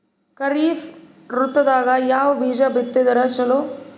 ಖರೀಫ್ ಋತದಾಗ ಯಾವ ಬೀಜ ಬಿತ್ತದರ ಚಲೋ?